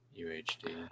UHD